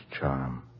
charm